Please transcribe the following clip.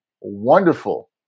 wonderful